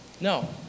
No